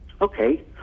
Okay